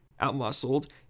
outmuscled